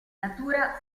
natura